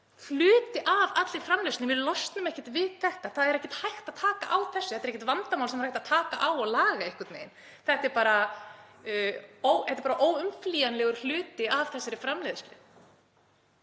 hluti af allri framleiðslunni. Við losnum ekkert við þetta. Það er ekkert hægt að taka á þessu, þetta er ekki vandamál sem er hægt að taka á og laga einhvern veginn. Þetta er bara óumflýjanlegur hluti af þessari framleiðslu.